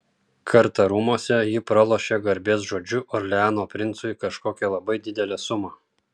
kartą rūmuose ji pralošė garbės žodžiu orleano princui kažkokią labai didelę sumą